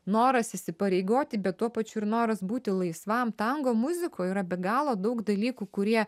noras įsipareigoti bet tuo pačiu ir noras būti laisvam tango muzikoj yra be galo daug dalykų kurie